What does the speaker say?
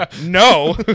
No